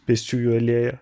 pėsčiųjų alėja